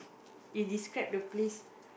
it describe the place